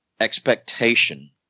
expectation